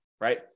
right